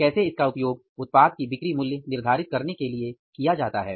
कैसे इसका उपयोग उत्पाद की बिक्री मूल्य निर्धारित करने के लिए किया जाता है